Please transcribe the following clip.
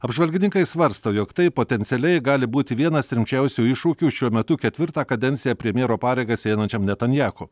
apžvalgininkai svarsto jog tai potencialiai gali būti vienas rimčiausių iššūkių šiuo metu ketvirtą kadenciją premjero pareigas einančiam netanjachu